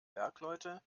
bergleute